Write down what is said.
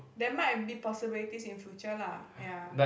there might be possibilities in future lah ya